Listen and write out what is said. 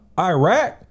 Iraq